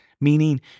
meaning